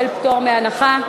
קיבל פטור מחובת הנחה.